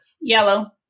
yellow